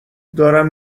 دارم